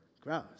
Gross